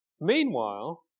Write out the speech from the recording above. Meanwhile